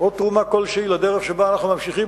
או תרומה כלשהי לדרך שבה אנחנו ממשיכים